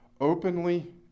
openly